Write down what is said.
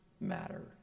matter